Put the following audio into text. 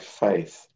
faith